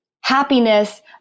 happiness